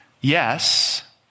Yes